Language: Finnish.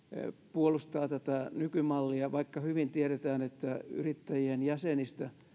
puolustaa tätä nykymallia vaikka hyvin tiedetään että yrittäjien jäsenistä